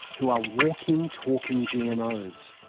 who are walking, talking gmos.